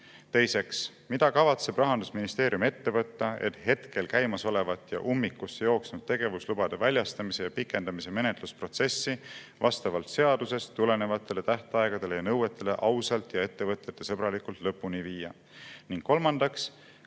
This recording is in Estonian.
Teiseks: mida kavatseb Rahandusministeerium ette võtta, et käimasolevat ja ummikusse jooksnud tegevuslubade väljastamise ja pikendamise menetlusprotsessi vastavalt seadusest tulenevatele tähtaegadele ja nõuetele ausalt ja ettevõtjasõbralikult lõpuni viia?